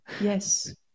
yes